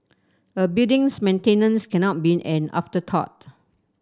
a building's maintenance cannot be an afterthought